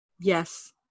Yes